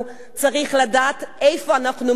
צריך לדעת איפה אנחנו מודדים,